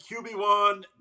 qb1